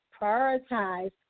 Prioritize